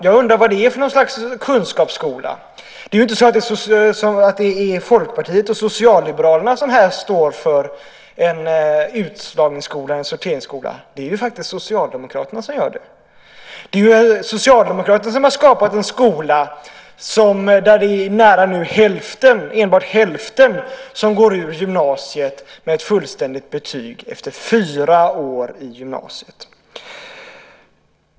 Jag undrar vad det är för kunskapsskola. Det är inte Folkpartiet och socialliberalerna som står för en utslagningsskola, en sorteringsskola. Det är Socialdemokraterna som gör det. Det är Socialdemokraterna som har skapat en skola där enbart hälften av eleverna går ut gymnasiet med fullständigt betyg efter fyra år i gymnasiet.